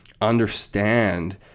understand